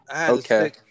okay